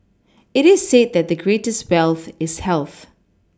it is said that the greatest wealth is health